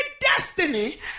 destiny